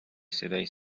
صدای